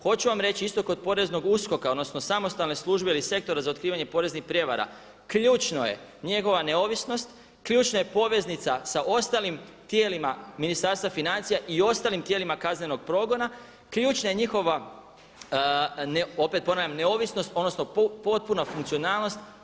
Hoću vam reći, isto kod poreznog uskoka, odnosno samostalne službe risektora za otkrivanje poreznih prijevoza, ključno je njegova neovisnost, ključna je poveznica sa ostalim tijelima Ministarstva financija i ostalim tijelima kaznenog progona, ključna je njihova, opet ponavljam, neovisnost, odnosno potpuna funkcionalnost.